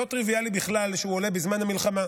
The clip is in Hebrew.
לא טריוויאלי בכלל שהוא עולה בזמן המלחמה,